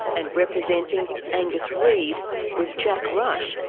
and representing angus reed was jack rush,